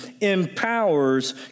empowers